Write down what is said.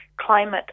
climate